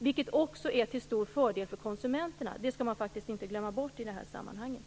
Detta är också till stor fördel för konsumenterna. Det skall man inte glömma bort i sammanhanget.